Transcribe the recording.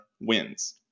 wins